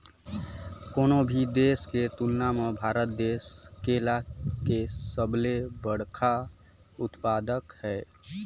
कोनो भी देश के तुलना म भारत देश केला के सबले बड़खा उत्पादक हे